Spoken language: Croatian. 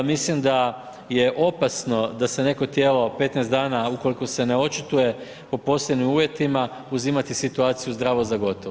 Mislim da je opasno da se neko tijelo 15 dana a ukoliko se ne očituje po posebnim uvjetima uzimati situaciju zdravo za gotovo.